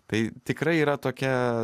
tai tikrai yra tokia